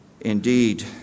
indeed